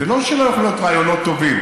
זה לא שלא יכולים להיות רעיונות טובים,